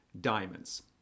diamonds